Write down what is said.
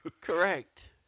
Correct